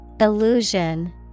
Illusion